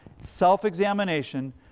Self-examination